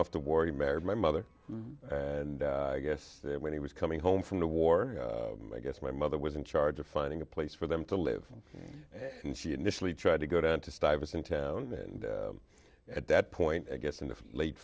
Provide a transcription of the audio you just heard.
off to war he married my mother and i guess when he was coming home from the war i guess my mother was in charge of finding a place for them to live and she initially tried to go down to stuyvesant town and at that point i guess in the late